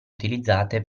utilizzate